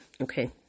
Okay